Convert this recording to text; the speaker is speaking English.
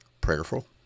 prayerful